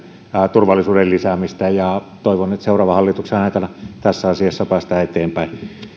turvallisuuden lisäämistä ja toivon että seuraavan hallituksen aikana tässä asiassa päästään eteenpäin